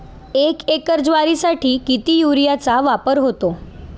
एक एकर ज्वारीसाठी किती युरियाचा वापर होतो?